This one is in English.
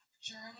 journey